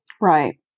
Right